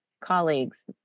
colleagues